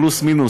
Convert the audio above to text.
פלוס מינוס,